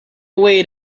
wait